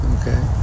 Okay